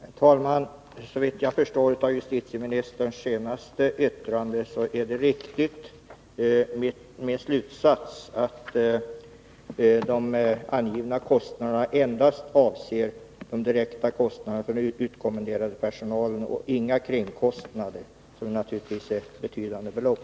Herr talman! Såvitt jag förstår av justitieministerns senaste yttrande är min slutsats riktig, nämligen att de angivna summorna endast avser de direkta kostnaderna för den utkommenderade personalen och inga kringkostnader, vilka naturligtvis uppgår till betydande belopp.